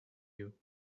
you